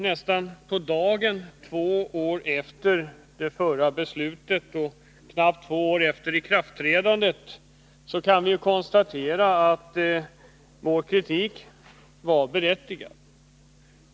Nästan på dagen två år efter det förra beslutet och knappt två år efter att de nya reglerna trätt i kraft kan vi nu konstatera att vår kritik var berättigad.